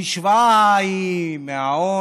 המשוואה היא מההון,